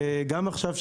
גם עכשיו,